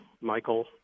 michael